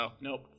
nope